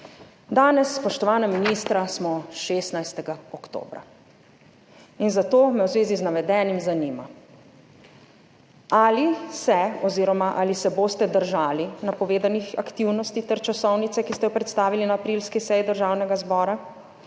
Danes, spoštovana ministra, smo 16. oktobra. Zato me v zvezi z navedenim zanima: Ali se oziroma ali se boste držali napovedanih aktivnosti ter časovnice, ki ste jo predstavili na aprilski seji Državnega zbora?